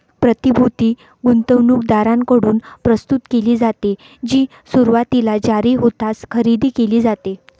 प्रतिभूती गुंतवणूकदारांकडून प्रस्तुत केली जाते, जी सुरुवातीला जारी होताच खरेदी केली जाते